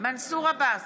מנסור עבאס,